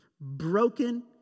broken